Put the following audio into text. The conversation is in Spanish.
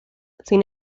sin